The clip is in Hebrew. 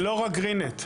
זה לא רק גרין נט.